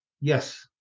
Yes